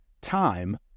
Time